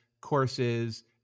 courses